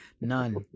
none